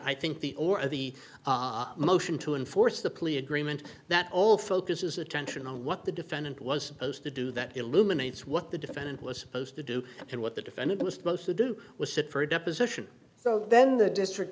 i think the or the motion to enforce the plea agreement that all focuses attention on what the defendant was supposed to do that illuminates what the defendant was supposed to do and what the defendant was supposed to do was sit for a deposition so then the district